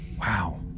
Wow